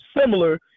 similar